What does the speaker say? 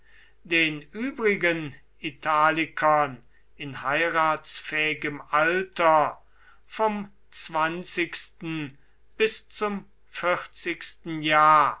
den übrigen italikern in heiratsfähigem alter vom zwanzigsten bis zum vierzigsten jahr